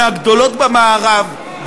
מהגדולות במערב,